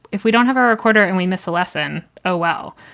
if we don't have a recorder and we miss a lesson oh, well,